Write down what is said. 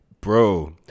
Bro